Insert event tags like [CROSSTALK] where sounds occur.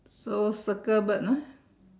so circle bird ah [BREATH]